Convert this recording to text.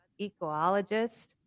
ecologist